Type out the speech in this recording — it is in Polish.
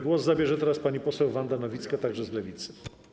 Głos zabierze teraz pani poseł Wanda Nowicka, także z Lewicy.